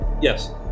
Yes